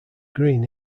green